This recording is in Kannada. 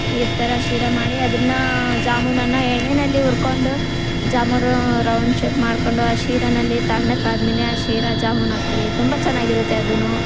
ನೀರು ಥರ ಶೀರ ಮಾಡಿ ಅದನ್ನು ಜಾಮೂನನ್ನು ಎಣ್ಣೆಯಲ್ಲಿ ಹುರ್ಕೊಂಡು ಜಾಮೂನು ರೌಂಡ್ ಶೇಪ್ ಮಾಡಿಕೊಂಡು ಆ ಶೀರನಲ್ಲಿ ತಣ್ಣಕ್ಕಾದ್ಮೇಲೆ ಆ ಶೀರ ಜಾಮೂನು ಹಾಕ್ತೀವಿ ತುಂಬ ಚೆನ್ನಾಗಿರುತ್ತೆ ಅದೂ